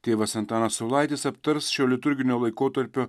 tėvas antanas saulaitis aptars šio liturginio laikotarpio